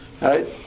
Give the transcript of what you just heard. Right